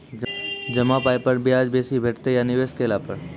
जमा पाय पर ब्याज बेसी भेटतै या निवेश केला पर?